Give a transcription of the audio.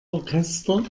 orchester